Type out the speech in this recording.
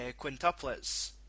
Quintuplets